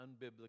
unbiblical